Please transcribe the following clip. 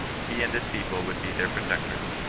he and his people would be their protectors.